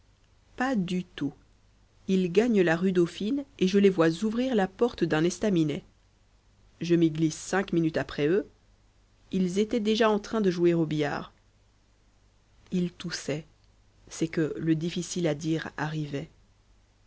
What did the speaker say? pas du tout ils gagnent la rue dauphine et je les vois ouvrir la porte d'un estaminet je m'y glisse cinq minutes après eux ils étaient déjà en train de jouer au billard il toussait c'est que le difficile à dire arrivait